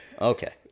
Okay